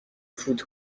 فوت